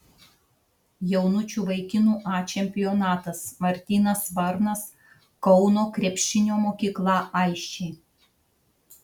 jaunučių vaikinų a čempionatas martynas varnas kauno krepšinio mokykla aisčiai